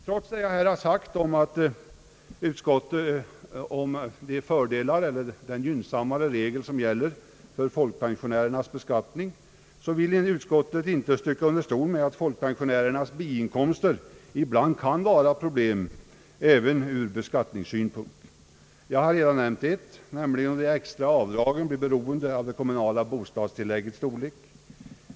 Trots vad jag här har sagt om de fördelar eller den gynnsammare regel, som gäller för folkpensionärernas beskattning, vill utskottet inte sticka under stol med att folkpensionärernas biinkomster ibland kan innebära problem även ur beskattningssynpunkt. Jag har redan nämnt ett, nämligen att det extra avdraget blir beroende av det kommunala bostadstilläggets storlek.